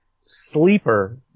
sleeper